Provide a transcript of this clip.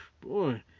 boy